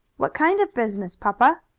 what kind of business, papa?